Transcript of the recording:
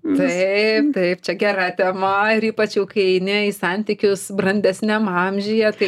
taip taip čia gera tema ir ypač jau kai eini į santykius brandesniam amžiuje tai